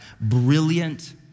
brilliant